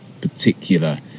particular